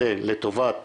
זה לטובת